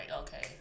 okay